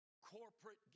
corporate